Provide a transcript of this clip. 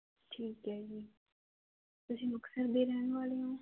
ਠੀਕ ਐ ਜੀ ਤੁਸੀਂ ਮੁਕਤਸਰ ਦੇ ਰਹਿਣ ਵਾਲੇ ਹੋ